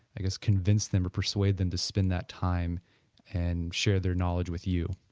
i guess, convince them or persuade them to spend that time and share their knowledge with you?